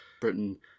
britain